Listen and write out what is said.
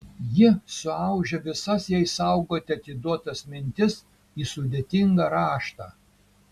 ji suaudžia visas jai saugoti atiduotas mintis į sudėtingą raštą